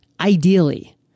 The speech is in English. ideally